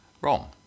wrong